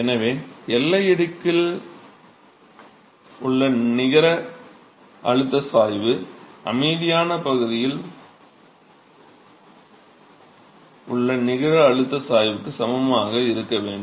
எனவே எல்லை அடுக்கில் உள்ள நிகர அழுத்த சாய்வு அமைதியான பகுதியில் உள்ள நிகர அழுத்த சாய்வுக்கு சமமாக இருக்க வேண்டும்